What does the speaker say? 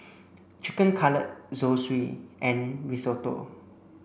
Chicken Cutlet Zosui and Risotto